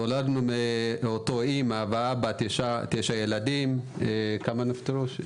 נולדנו מאותה אימא ואבא 9 ילדים, נפטר אחד.